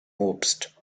obst